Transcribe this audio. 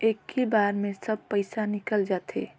इक्की बार मे सब पइसा निकल जाते?